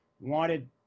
wanted